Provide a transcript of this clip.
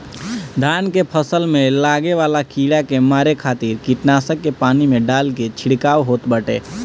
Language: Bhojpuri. धान के फसल में लागे वाला कीड़ा के मारे खातिर कीटनाशक के पानी में डाल के छिड़काव होत बाटे